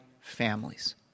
families